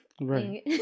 Right